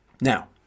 Now